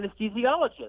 anesthesiologist